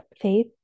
faith